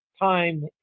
time